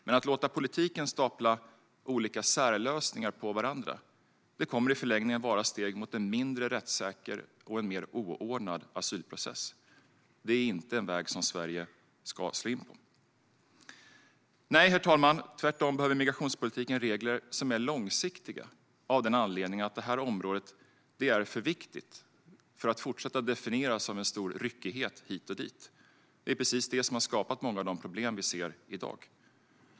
Men att låta politiken stapla olika särlösningar på varandra kommer i förlängningen att vara steg mot en mindre rättssäker och mer oordnad asylprocess. Det är inte en väg som Sverige ska slå in på. Nej, herr talman, tvärtom behöver migrationspolitiken regler som är långsiktiga av den anledningen att det här området är för viktigt för att fortsätta definieras av en stor ryckighet hit och dit. Det är precis det som har skapat många av de problem vi ser i dag.